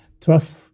Trust